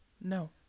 No